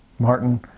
Martin